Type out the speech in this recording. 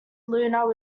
luna